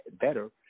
better